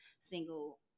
single